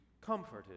comforted